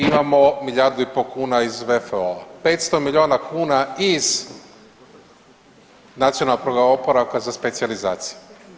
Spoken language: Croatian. Imamo milijardu i pol kuna iz VFO-a, 500 miliona kuna iz Nacionalnog programa oporavka za specijalizacije.